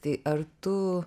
tai ar tu